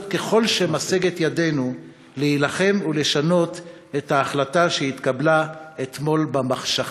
ככל שמשגת ידנו להילחם ולשנות את ההחלטה שהתקבלה אתמול במחשכים.